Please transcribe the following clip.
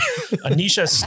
Anisha